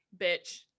bitch